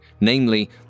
Namely